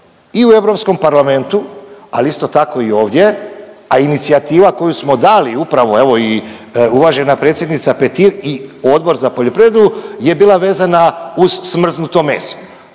nas progovori i u EP-u, ali isto tako i ovdje, a inicijativa koju smo dali, upravo evo i uvažena predsjednica Petir i Odbor za poljoprivredu je bila vezana uz smrznuto meso.